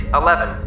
eleven